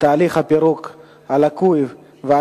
לסדר-היום מס' 2709: תהליך הפירוק הלקוי והקיצוץ